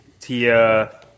Tia